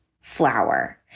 flour